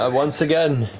um once again,